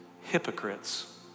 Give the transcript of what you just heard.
hypocrites